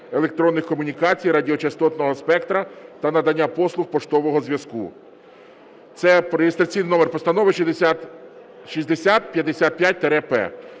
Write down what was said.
електронних комунікацій, радіочастотного спектра та надання послуг поштового зв’язку (реєстраційний номер постанови 6055-П).